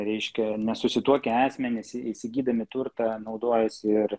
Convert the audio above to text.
reiškia nesusituokę asmenys įs įsigydami turtą naudojasi ir